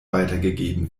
weitergegeben